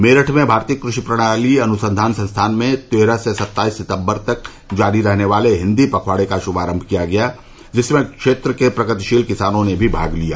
मेरठ में भारतीय कृषि प्रणाली अनुसंधान संस्थान में तेरह से सत्ताईस सितम्बर तक जारी रहने वाले हिन्दी पखवाड़े का शुभारम्भ किया गया जिसमें क्षेत्र के प्रगतिशील किसानों ने भी भाग लिया